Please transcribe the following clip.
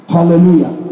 Hallelujah